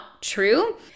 true